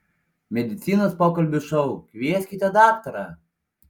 medicinos pokalbių šou kvieskite daktarą